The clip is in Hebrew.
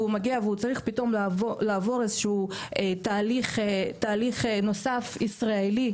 והוא מגיע והוא צריך פתאום לעבור איזשהו תהליך נוסף ישראלי,